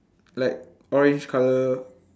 like orange colour